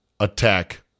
Attack